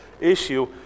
issue